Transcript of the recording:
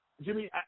Jimmy